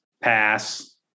Pass